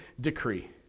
decree